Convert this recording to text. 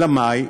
אלא מאי?